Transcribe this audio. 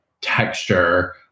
texture